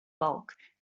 bulk